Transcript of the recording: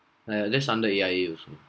like err that's under A_I_A also